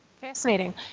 Fascinating